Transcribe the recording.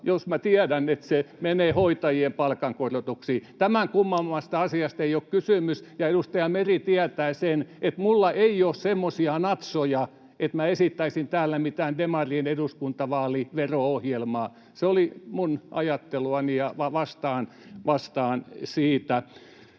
jos tiedän, että se menee hoitajien palkankorotuksiin. Tämän kummemmasta asiasta ei ole kysymys, ja edustaja Meri tietää sen, että minulla ei ole semmoisia natsoja, että minä esittäisin täällä mitään demarien eduskuntavaalivero-ohjelmaa. Se oli minun ajatteluani, ja vastaan siitä.